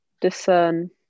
discern